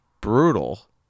Brutal